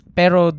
pero